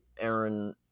Aaron